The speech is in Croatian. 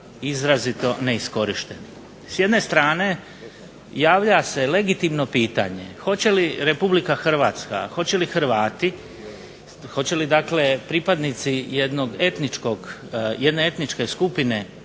izrazito neiskorišteni. S jedne strane javlja se legitimno pitanje hoće li Republika Hrvatska, hoće li Hrvati, hoće li pripadnici jedne etničke skupine u